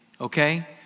okay